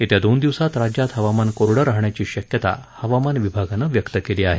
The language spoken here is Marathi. येत्या दोन दिवसात राज्यात हवामान कोरडं राहण्याची शक्यता हवामान विभागानं व्यक्त केली आहे